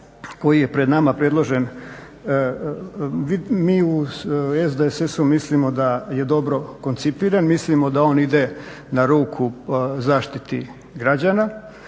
koji je pred nama predložen mi u SDSS-u mislimo da je dobro koncipiran, mislimo da on ide na ruku zaštiti građana